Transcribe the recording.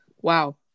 Wow